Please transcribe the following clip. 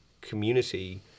community